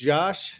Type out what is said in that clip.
Josh